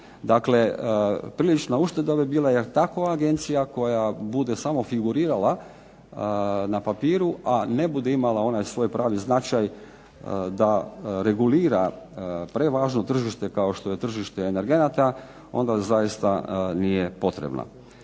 Dakle, prilična ušteda bi bila jer takva Agencija koja bude samo figurirala na papiru a ne bude imala onaj svoj pravi značaj da regulira prevažno tržište kao što je tržište energenata onda zaista nije potrebno.